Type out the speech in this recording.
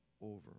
over